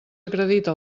acredita